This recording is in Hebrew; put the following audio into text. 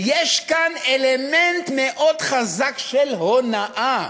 יש כאן אלמנט חזק מאוד של הונאה.